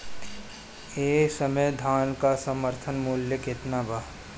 एह समय धान क समर्थन मूल्य केतना बा?